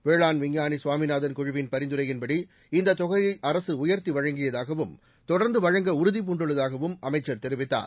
வேளாண் விஞ்ஞானி சுவாமிநாதன் குழுவின் பரிந்துரையின்படி இந்த தொகையை அரசு உயர்த்தி வழங்கியதாகவும் தொடர்ந்து வழங்க உறுதிபூண்டுள்ளதாகவும் அமைச்சர் தெரிவித்தார்